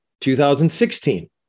2016